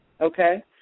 okay